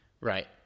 right